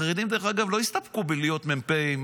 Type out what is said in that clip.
החרדים לא יסתפקו בלהיות מ"פים,